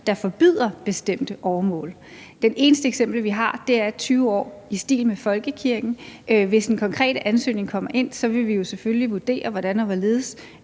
der forbyder bestemte åremål. Det eneste eksempel, vi har, er 20 år, i stil med folkekirken. Hvis en konkret ansøgning kommer ind, vil vi jo selvfølgelig vurdere, hvordan og hvorledes